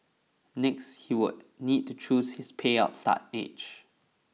next he would need to choose his payout start age